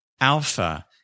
alpha